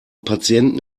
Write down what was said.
patienten